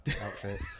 outfit